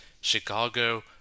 Chicago